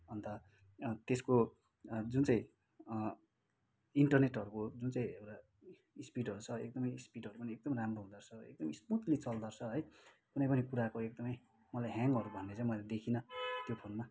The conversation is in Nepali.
अन्त त्यसको जुन चाहिँ इन्टरनेटहरूको जुन चाहिँ एउटा स्पिडहरू छ एकदमै स्पिडहरू पनि एकदम राम्रो हुँदोरहेछ एकदम स्मुथली चल्दोरहेछ है कुनै पनि कुराको एकदमै मलाई ह्याङहरू भन्ने चाहिँ मैले देखिनँ त्यो फोनमा